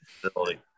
facility